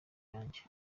yanjye